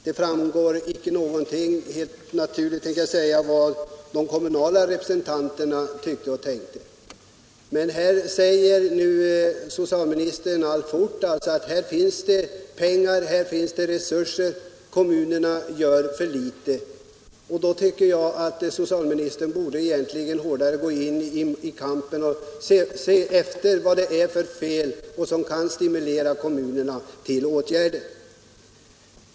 Däremot framgår det inte — helt naturligt, höll jag på att säga — vad de kommunala representanterna ansåg. Socialministern säger här att det finns pengar och resurser men att kommunerna gör för litet. Men då tycker jag att socialministern borde se efter vad det är för fel och försöka stimulera kommunerna att vidta åtgärder.